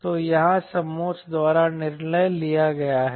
तो यहाँ समोच्च द्वारा निर्णय लिया गया है